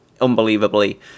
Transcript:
unbelievably